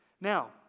Now